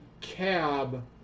cab